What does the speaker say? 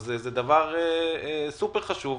זה דבר סופר חשוב.